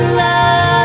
love